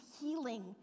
healing